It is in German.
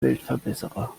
weltverbesserer